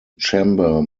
chamber